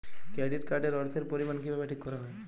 Credit card এর অর্থের পরিমান কিভাবে ঠিক করা হয়?